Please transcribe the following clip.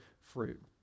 fruit